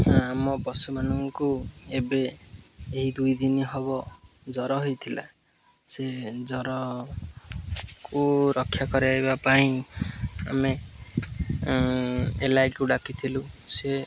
ଆମ ପଶୁମାନଙ୍କୁ ଏବେ ଏହି ଦୁଇ ଦିନ ହବ ଜ୍ୱର ହେଇଥିଲା ସେ ଜ୍ୱରକୁ ରକ୍ଷା କରାଇବା ପାଇଁ ଆମେ ଏଲ୍ଆଇକୁ ଡାକିଥିଲୁ ସେ